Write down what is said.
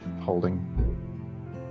holding